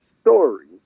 story